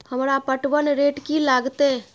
हमरा पटवन रेट की लागते?